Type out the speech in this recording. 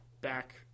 back